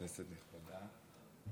כנסת נכבדה,